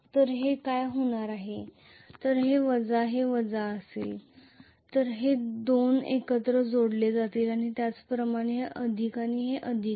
तर हे काय होणार आहे हे जर वजा व हे वजा असेल तर हे 2 एकत्र जोडले जातील आणि त्याच प्रमाणे हे अधिक आणि हे अधिक आहे